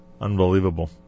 Unbelievable